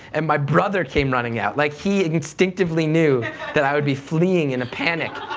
and my brother came running out, like he and instinctively knew that i would be fleeing in a panic.